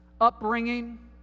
upbringing